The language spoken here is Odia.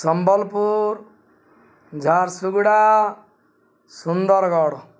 ସମ୍ବଲପୁର ଝାରସୁଗୁଡ଼ା ସୁନ୍ଦରଗଡ଼